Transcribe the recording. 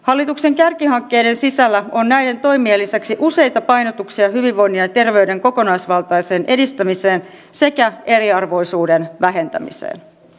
hallituksen kärkihankkeiden sisällä on näiden toimien lisäksi useita painotuksia hyvinvoinnin ja terveyden kokonaisvaltaiseen edistämiseen sekä eriarvoisuuden vähentämiseen